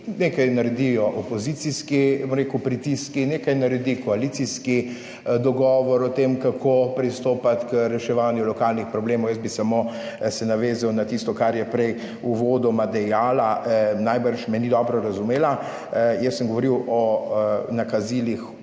(nadaljevanje) opozicijski, bom rekel, pritiski, nekaj naredi koalicijski dogovor o tem, kako pristopiti k reševanju lokalnih problemov. Jaz bi samo se navezal na tisto, kar je prej uvodoma dejala, najbrž me ni dobro razumela, jaz sem govoril o nakazilih